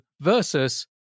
versus